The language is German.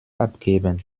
abgeben